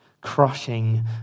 crushing